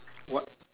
whi~